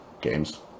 games